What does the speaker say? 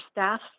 staff